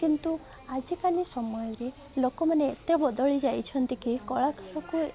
କିନ୍ତୁ ଆଜିକାଲି ସମୟରେ ଲୋକମାନେ ଏତେ ବଦଳି ଯାଇଛନ୍ତି କି କଳାକାରକୁ